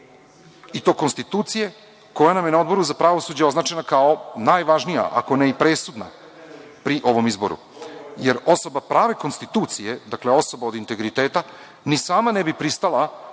i to konstitucije koja nam je na Odboru za pravosuđe označena kao najvažnija, ako ne i presudna pri ovom izboru, jer osoba prave konstitucije, dakle, osoba od integriteta ni sama ne bi pristala